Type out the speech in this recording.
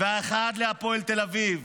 ואחר לפועל תל אביב.